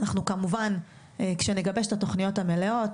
אנחנו כמובן כאשר נגבש את התוכניות המלאות,